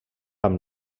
amb